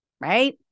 right